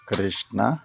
Krishna